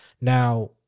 Now